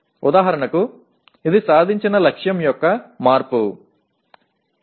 ఉదాహరణకు ఇది సాధించిన లక్ష్యం యొక్క మార్పు 2